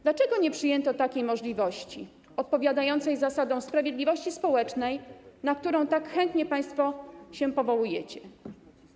Dlaczego nie przyjęto takiej możliwości odpowiadającej zasadom sprawiedliwości społecznej, na którą tak chętnie państwo się powołujecie?